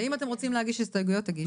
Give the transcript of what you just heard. ואם אתם רוצים להגיש הסתייגויות, תגישו.